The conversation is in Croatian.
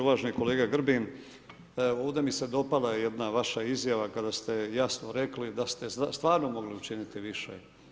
Uvaženi kolega Grbin, ovdje mi se dopala jedna vaša izjava kada ste jasno rekli da ste stvarno mogli učiniti više.